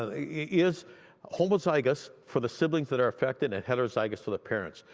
ah is homozygous for the siblings that are affected and heterozygous to the parents.